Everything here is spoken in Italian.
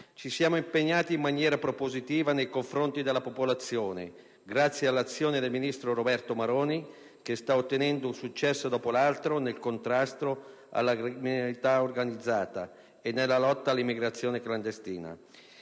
Ci siamo impegnati in maniera propositiva nei confronti della popolazione grazie all'azione del ministro Roberto Maroni, che sta ottenendo un successo dopo l'altro nel contrasto alla criminalità organizzata e nella lotta all'immigrazione clandestina.